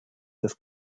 des